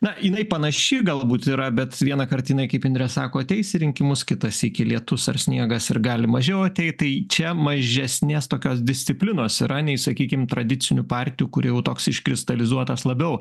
na jinai panaši galbūt yra bet vienąkart jinai kaip indrė sako ateis į rinkimus kitą sykį lietus ar sniegas ir gali mažiau ateit tai čia mažesnės tokios disciplinos yra nei sakykim tradicinių partijų kur jau toks iškristalizuotas labiau